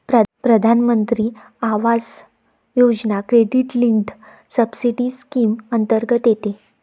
प्रधानमंत्री Awas Yojana credit linked subsidy scheme अंतर्गत येते